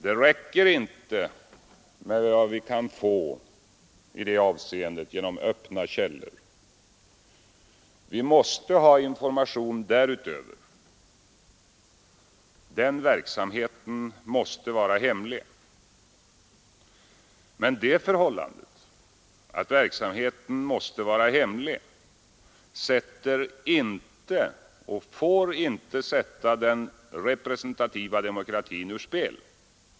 Det räcker inte med vad vi kan få i det avseendet genom öppna källor. Vi måste ha information därutöver, och den verksamheten måste vara hemlig. Men det förhållandet att verksamheten måste vara hemlig sätter inte och får inte sätta den representativa demokratin ur spel.